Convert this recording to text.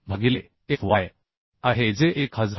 भागिले Fy आहे जे 1022